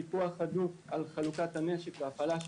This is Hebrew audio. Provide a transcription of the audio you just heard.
פיקוח הדוק על חלוקת הנשק והפעלה שלו,